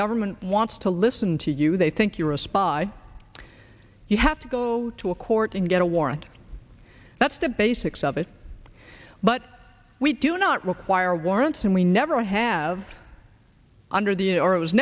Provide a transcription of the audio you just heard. government wants to listen to you they think you're a spy you have to go to a court and get a warrant that's the basics of it but we do not require warrants and we never have under the or it was